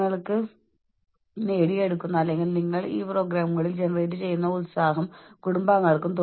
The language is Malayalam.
നിങ്ങൾക്ക് ചുറ്റുമുള്ള സാഹചര്യങ്ങളോട് സഹിഷ്ണുത കുറവായിരിക്കാം